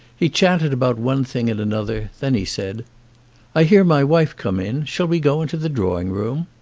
he chatted about one thing and another, then he said i hear my wife come in. shall we go into the drawing-room?